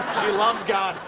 she loves god.